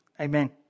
Amen